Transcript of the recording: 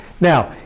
now